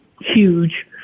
huge